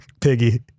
piggy